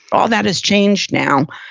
all that has changed now.